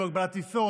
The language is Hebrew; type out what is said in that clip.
היו הגבלות טיסה,